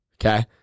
Okay